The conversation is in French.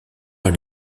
une